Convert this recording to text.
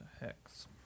Hex